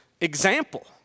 example